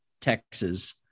Texas